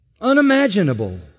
unimaginable